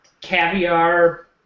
caviar